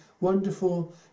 wonderful